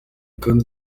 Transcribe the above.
kandi